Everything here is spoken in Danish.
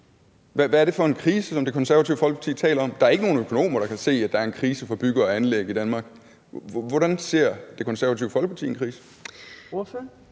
Hvad er det for en krise, som Det Konservative Folkeparti taler om? Der er ikke nogen økonomer, der kan se, at der er en krise for bygge- og anlægsbranchen i Danmark. Hvordan ser Det Konservative Folkeparti, at der